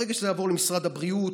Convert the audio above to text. ברגע שזה יעבור למשרד הבריאות,